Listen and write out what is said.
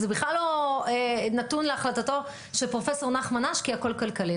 זה בכלל לא נתון להחלטתו של פרופ' נחמן אש כי הכל כלכלי.